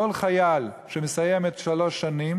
כל חייל שמסיים שלוש שנים